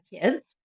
kids